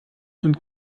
und